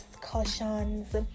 discussions